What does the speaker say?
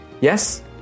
Yes